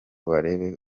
barebe